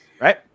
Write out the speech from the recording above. right